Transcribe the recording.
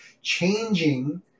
changing